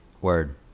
word